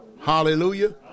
hallelujah